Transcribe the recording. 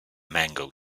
mango